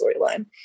storyline